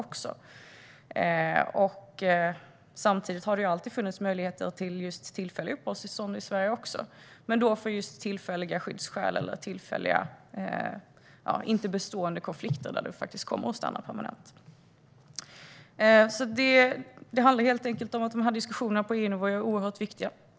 Det har dock alltid funnits möjligheter till tillfälliga uppehållstillstånd även i Sverige. Men då har det gällt tillfälliga skyddsskäl eller icke bestående konflikter som inte ger skäl att stanna permanent. Det handlar helt enkelt om att de här diskussionerna på EU-nivå är oerhört viktiga.